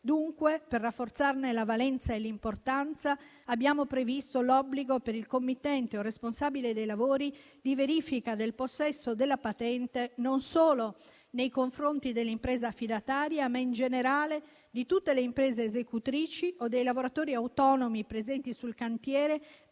Dunque, per rafforzarne la valenza e l'importanza, abbiamo previsto l'obbligo per il committente o il responsabile dei lavori di verifica del possesso della patente non solo nei confronti dell'impresa affidataria, ma in generale di tutte le imprese esecutrici o dei lavoratori autonomi presenti sul cantiere,